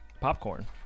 Popcorn